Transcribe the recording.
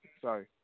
Sorry